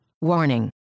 Warning